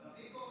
זה הכי קורונה.